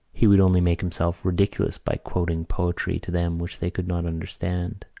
he would only make himself ridiculous by quoting poetry to them which they could not understand.